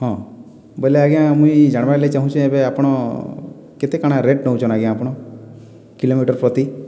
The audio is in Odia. ହଁ ବୋଇଲେ ଆଜ୍ଞା ମୁଇଁ ଜାଣିବାର୍ ଲାଗି ଚାହୁଁଚେଁ ଏବେ ଆପଣ କେତେ କାଣା ରେଟ ନଉଚନ୍ ଆଜ୍ଞା ଆପଣ କିଲୋମିଟର ପ୍ରତି